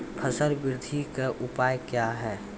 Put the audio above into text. फसल बृद्धि का उपाय क्या हैं?